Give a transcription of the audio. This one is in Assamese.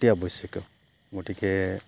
অতি আৱশ্যকীয় গতিকে